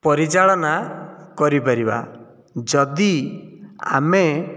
ପରିଚାଳନା କରିପାରିବା ଯଦି ଆମେ